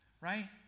right